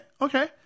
Okay